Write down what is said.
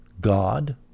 God